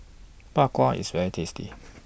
Bak Kwa IS very tasty